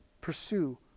Pursue